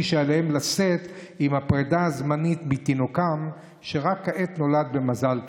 שעליהם לשאת עם הפרידה הזמנית מתינוקם שרק כעת נולד במזל טוב.